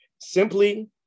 Simply